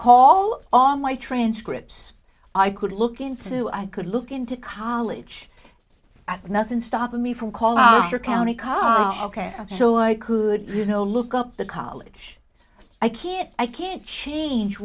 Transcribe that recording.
call all my transcripts i could look into i could look into college nothing stopping me from call after county ca ok so i could you know look up the college i can't i can't change